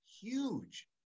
huge